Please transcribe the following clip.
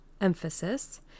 emphasis